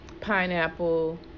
pineapple